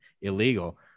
illegal